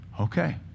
okay